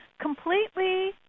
completely